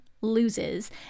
loses